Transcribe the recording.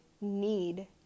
need